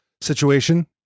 situation